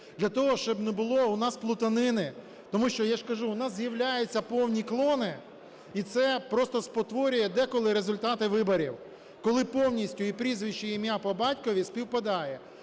для того, щоб не було у нас плутанини. Тому що, я ж кажу, у нас з'являються повні клони, і це просто спотворює деколи результати виборів, коли повністю і прізвище, ім'я, по батькові співпадає.